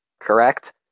Correct